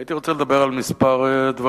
הייתי רוצה לדבר על כמה דברים,